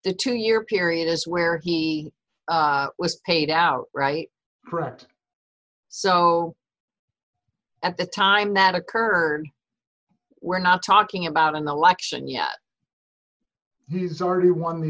the two year period is where he was paid out right correct so at the time that occurred we're not talking about an election yet he's already won the